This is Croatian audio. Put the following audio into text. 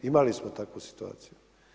Imali smo takvu situaciju.